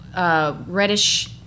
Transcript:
reddish